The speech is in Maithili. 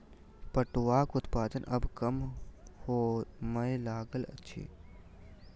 पटुआक उत्पादन आब कम होमय लागल अछि